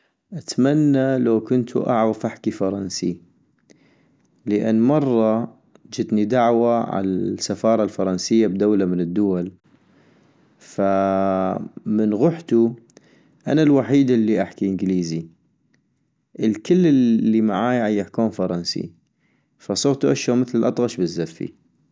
أتمنى لو كنتو اعغف احكي فرنسي - لان مرة جاني دعوة عالسفارة الفرنسية بدولة من الدول ، فمن غحتو أنا الوحيد الي احكي انكليزي ، الكل الي معاي عيحكون فرنسي ، فصغتو اشون مثل الأطغش بالزفي